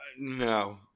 No